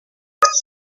estos